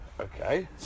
Okay